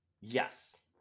Yes